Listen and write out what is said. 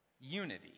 unity